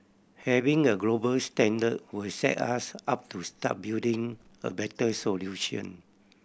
having a global standard will set us up to start building a better solution